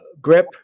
grip